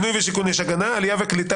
זה